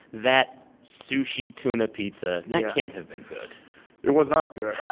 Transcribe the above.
that sushi tuna pizza that can't have been good it was not good